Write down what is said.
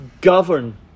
govern